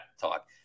talk